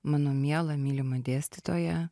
mano miela mylima dėstytoja